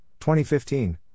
2015